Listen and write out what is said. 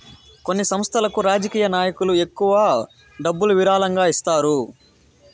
కొన్ని సంస్థలకు రాజకీయ నాయకులు ఎక్కువ డబ్బులు విరాళంగా ఇస్తారు